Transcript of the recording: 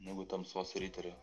negu tamsos riteriu